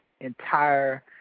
entire